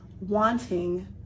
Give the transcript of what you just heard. wanting